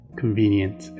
convenient